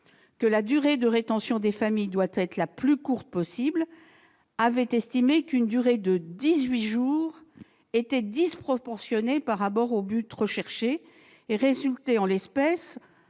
que la durée de rétention des familles doit être la plus courte possible, avait estimé qu'une durée de 18 jours était disproportionnée par rapport au but recherché et constituait en l'espèce